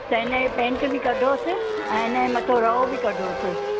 त हिनजे पेंट बि कढोसि ऐं हिनजे मथो रवो बि कढोसि